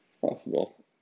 possible